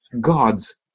God's